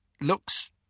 looks